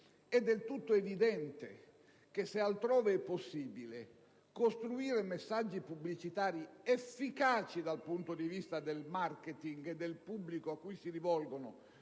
è del tutto evidente che, se altrove è possibile costruire messaggi pubblicitari efficaci dal punto di vista del *marketing* e del pubblico a cui si rivolgono